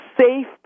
safe